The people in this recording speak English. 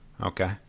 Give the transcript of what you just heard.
Okay